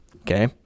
okay